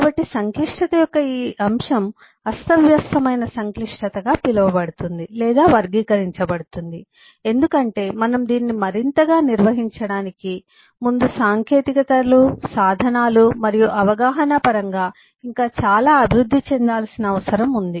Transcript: కాబట్టి సంక్లిష్టత యొక్క ఈ అంశం అస్తవ్యస్తమైన సంక్లిష్టతగా పిలవబడుతుంది లేదా వర్గీకరించబడుతుంది ఎందుకంటే మనం దీన్ని మరింతగా నిర్వహించడానికి ముందు సాంకేతికతలు సాధనాలు మరియు అవగాహన పరంగా ఇంకా చాలా అభివృద్ధి చెందాల్సిన అవసరం ఉంది